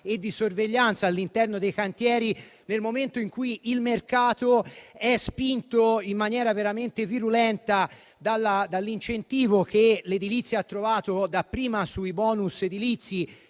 e di sorveglianza all'interno dei cantieri. Questo nel momento in cui il mercato è spinto in maniera veramente virulenta dall'incentivo che l'edilizia ha trovato, dapprima sui *bonus* edilizi